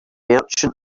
merchant